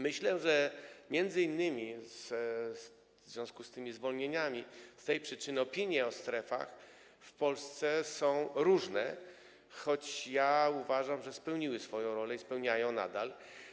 Myślę, że m.in. w związku z tymi zwolnieniami, z tej przyczyny opinie o strefach w Polsce są różne, choć ja uważam, że spełniły one swoją rolę i spełniają nadal.